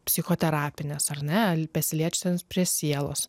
psichoterapinės ar ne nesiliečiant prie sielos